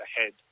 ahead